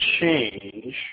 change